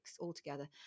altogether